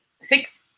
six